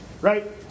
Right